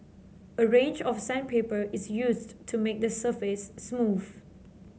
a range of is used to make the surface smooth